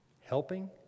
Helping